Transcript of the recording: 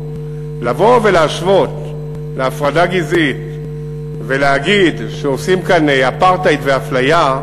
לבוא ולהשוות להפרדה גזעית ולומר שעושים כאן אפרטהייד ואפליה,